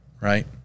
right